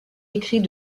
écrit